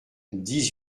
dix